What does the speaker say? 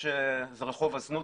זה רחוב הזנות,